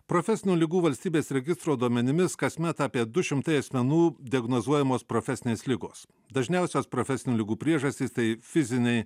profesinių ligų valstybės registro duomenimis kasmet apie du šimtai asmenų diagnozuojamos profesinės ligos dažniausios profesinių ligų priežastys tai fiziniai